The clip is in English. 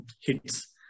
hits